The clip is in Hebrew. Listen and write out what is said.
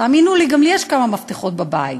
תאמינו לי, גם לי יש כמה מפתחות בבית,